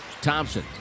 Thompson